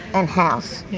and house.